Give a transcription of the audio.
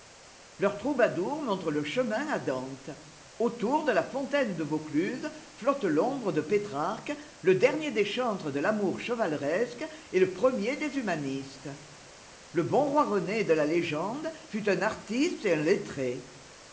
leurs troubadours montrent le chemin à dante autour de la fontaine de vaucluse flotte l'ombre de pétrarque le dernier des chantres de l'amour chevaleresque et le premier des humanistes le bon roi rené de la légende fut un artiste et un lettré